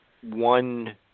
one